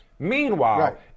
Meanwhile